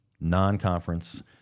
non-conference